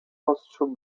ostrzu